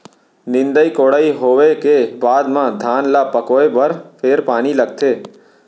निंदई कोड़ई होवे के बाद म धान ल पकोए बर फेर पानी लगथे